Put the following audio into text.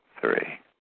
Three